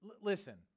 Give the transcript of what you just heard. Listen